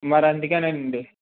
మరందుకేనండి